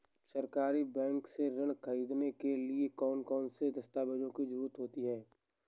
सहकारी बैंक से ऋण ख़रीदने के लिए कौन कौन से दस्तावेजों की ज़रुरत होती है?